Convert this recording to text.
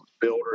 builder